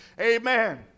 amen